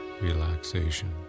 relaxation